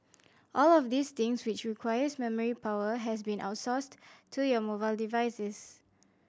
all of these things which requires memory power has been outsourced to your mobile devices